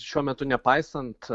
šiuo metu nepaisant